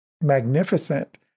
magnificent